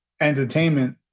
entertainment